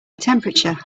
temperature